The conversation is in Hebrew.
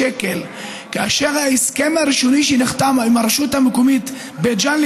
כאשר ההסכם הראשוני שנחתם עם הרשות המקומית בית ג'ן,